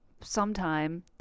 sometime